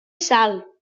sal